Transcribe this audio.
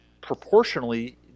proportionally